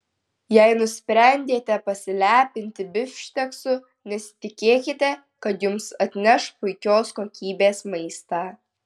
jei nusprendėte pasilepinti bifšteksu nesitikėkite kad jums atneš puikios kokybės maistą